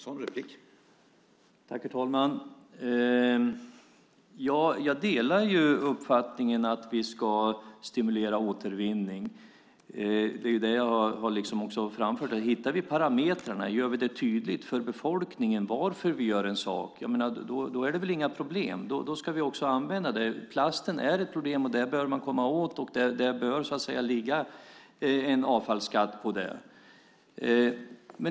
Herr talman! Jag delar uppfattningen att vi ska stimulera återvinning. Jag har framfört det. Om vi hittar de parametrar som kan göra det tydligt för befolkningen varför vi gör en sak är det inga problem. Då ska vi också använda dem. Plasten är ett problem som vi bör komma åt. Där bör ligga en avfallsskatt.